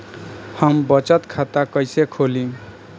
हम बचत खाता कइसे खोलीं?